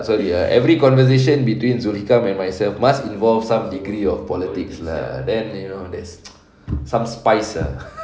ah sorry ah every conversation between zulika and myself must involve some degree of politics lah then you know there's some spice ah